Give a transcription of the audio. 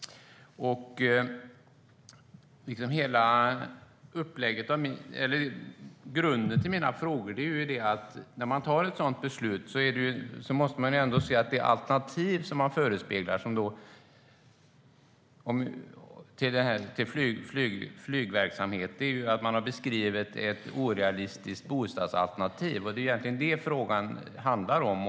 När man tar ett sådant beslut måste man se att det alternativ till flygverksamhet som man förespeglar är ett orealistiskt bostadsalternativ. Det är egentligen detta frågan handlar om.